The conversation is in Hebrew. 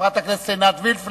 חברת הכנסת עינת וילף.